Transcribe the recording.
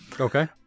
okay